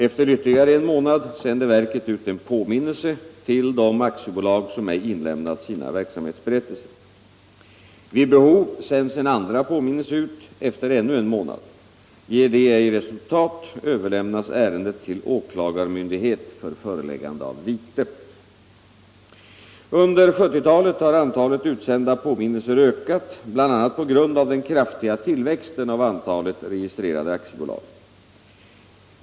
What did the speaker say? Efter ytterligare en månad sänder verket ut en påminnelse till de aktiebolag som ej inlämnat sina verksamhetsberättelser. Vid behov sänds en andra påminnelse ut efter ännu en månad. Ger detta ej resultat överlämnas ärendet till åklagarmyndighet för föreläggande av vite. Under 1970-talet har antalet utsända påminnelser ökat bl.a. på grund av den kraftiga tillväxten av antalet registrerade aktiebolag.